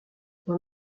dans